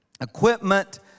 equipment